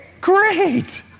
Great